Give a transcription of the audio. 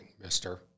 mister